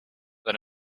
that